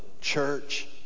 church